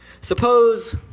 Suppose